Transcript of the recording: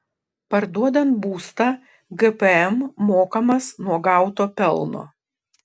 parduodant būstą gpm mokamas nuo gauto pelno